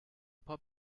pub